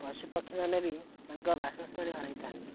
ପଶୁପକ୍ଷୀମାନେ ବି ତାଙ୍କ ବାସସ୍ଥଳୀ ହରାଇଥାନ୍ତି